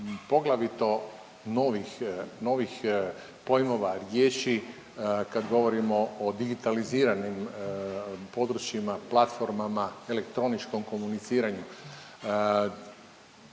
novih, novih pojmova riječi kad govorimo o digitaliziranim područjima platformama elektroničkom komuniciranju.